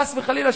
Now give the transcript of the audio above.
חס וחלילה,